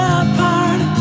apart